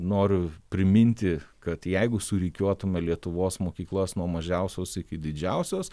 noriu priminti kad jeigu surikiuotume lietuvos mokyklas nuo mažiausios iki didžiausios